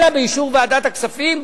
אלא באישור ועדת הכספים,